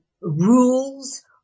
rules